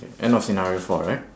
K end of scenario four right